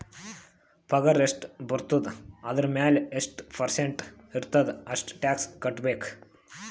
ಪಗಾರ್ ಎಷ್ಟ ಬರ್ತುದ ಅದುರ್ ಮ್ಯಾಲ ಎಷ್ಟ ಪರ್ಸೆಂಟ್ ಇರ್ತುದ್ ಅಷ್ಟ ಟ್ಯಾಕ್ಸ್ ಕಟ್ಬೇಕ್